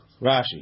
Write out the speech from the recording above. Rashi